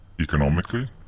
economically